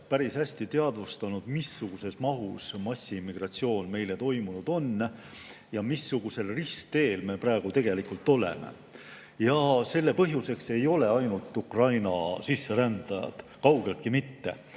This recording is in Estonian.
päris hästi teadvustanud, missuguses mahus massiimmigratsioon meil toimunud on ja missugusel ristteel me praegu tegelikult oleme. Ja selle põhjus ei ole ainult Ukraina sisserändajad, kaugeltki mitte.